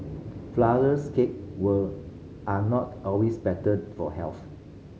flourless cake were are not always better for health